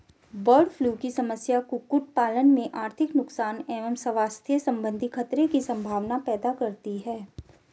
bird flu की समस्या कुक्कुट पालन में आर्थिक नुकसान एवं स्वास्थ्य सम्बन्धी खतरे की सम्भावना पैदा करती है